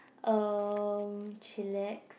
erm chillax